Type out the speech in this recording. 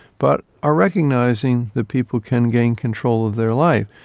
but are recognising that people can gain control of their life.